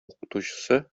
укытучысы